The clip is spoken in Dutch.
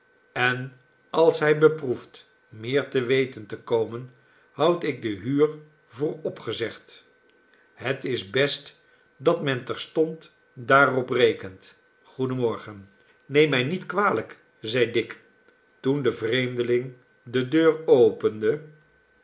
en als hij beproeft meer te weten te komen houd ik de huur voor opgezegd het is best dat men terstond daarop rekent goeden morgen neem mij niet kwalijk zeide dick toen de vreemdeling de deur opende